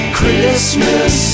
Christmas